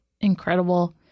incredible